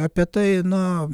apie tai na